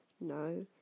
No